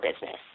business